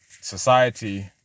society